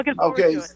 Okay